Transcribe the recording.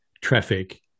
traffic